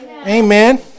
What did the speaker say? amen